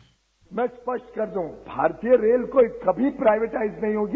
bite में स्पष्ट कर दूं भारतीय रेल कभी प्राइवेटाइज नहीं होगी